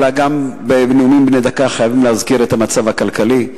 גם בנאומים בני דקה חייבים להזכיר את המצב הכלכלי.